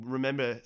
Remember